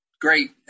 Great